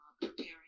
preparing